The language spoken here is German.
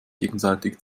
gegenseitig